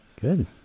Good